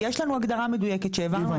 יש לנו הגדרה מדויקת שהעברנו,